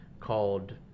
called